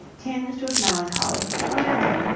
tinged with melancholy, romantic,